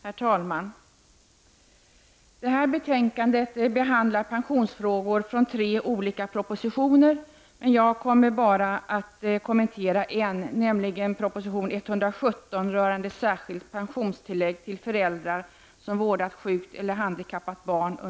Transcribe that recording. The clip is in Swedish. Herr talman! I det här betänkandet behandlas pensionsfrågor från tre olika propositioner, men jag kommer att kommentera endast en, nämligen proposition 117 rörande särskilt pensionstillägg till förälder som under lång tid vårdat sjukt eller handikappat barn.